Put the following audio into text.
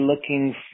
looking